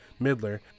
Midler